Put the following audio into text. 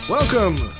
Welcome